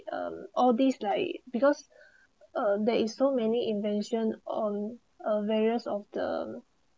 um all these like because uh there is so many invention on a various of the